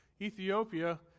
Ethiopia